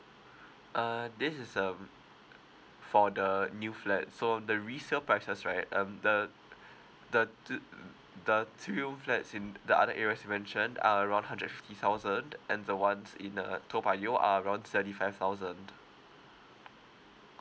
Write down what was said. uh this is um uh for the new flat so the resale prices right um the the two uh the two room flats in the other areas you mentioned are around hundred and fifty thousand and the ones in uh toa payoh are around seventy five thousand